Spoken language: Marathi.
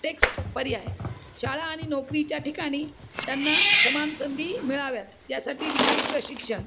टेक्स्ट पर्याय शाळा आणि नोकरीच्या ठिकाणी त्यांना समान संधी मिळाव्यात यासाठी विशेष प्रशिक्षण